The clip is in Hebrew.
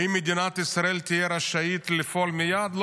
האם מדינת ישראל תהיה רשאית לפעול מייד?